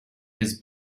his